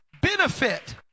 benefit